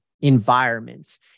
environments